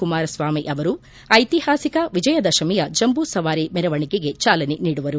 ಕುಮಾರಸ್ವಾಮಿ ಅವರು ಐತಿಹಾಸಿಕ ವಿಜಯದಶಮಿಯ ಜಂಬೂ ಸವಾರಿ ಮೆರವಣಿಗೆಗೆ ಚಾಲನೆ ನೀಡುವರು